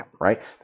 right